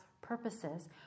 purposes